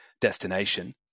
destination